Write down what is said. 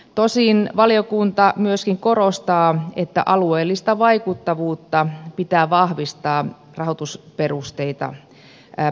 tosin valiokunta myöskin korostaa että alueellista vaikuttavuutta pitää vahvistaa rahoitusperusteita päätettäessä